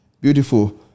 beautiful